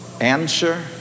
answer